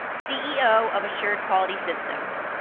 ceo of assured quality systems.